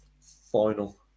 final